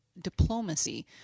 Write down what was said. diplomacy